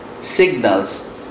signals